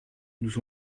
nous